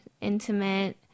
Intimate